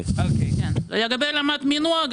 לגבי רמת מינוע,